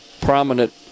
prominent